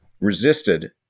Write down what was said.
resisted